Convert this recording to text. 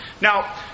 Now